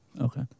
Okay